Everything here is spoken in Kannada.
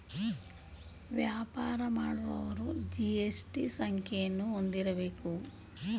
ವ್ಯಾಪಾರ ಮಾಡುವವರು ಜಿ.ಎಸ್.ಟಿ ಸಂಖ್ಯೆಯನ್ನು ಹೊಂದಿರಬೇಕು